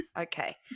okay